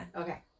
Okay